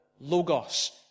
logos